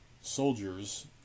soldiers